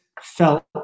felt